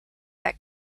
that